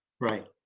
Right